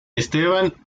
esteban